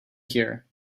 here